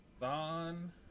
Don